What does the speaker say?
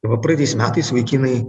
va praeitais metais vaikinai